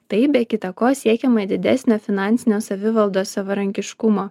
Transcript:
taip be kita ko siekiama didesnio finansinio savivaldos savarankiškumo